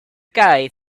guy